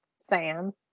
Sam